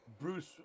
Bruce